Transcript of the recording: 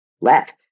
left